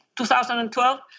2012